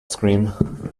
scream